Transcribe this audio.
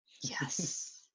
yes